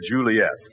Juliet